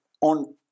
on